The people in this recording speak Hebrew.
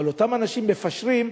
אבל אותם אנשים מפשרים,